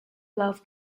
love